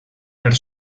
per